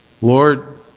Lord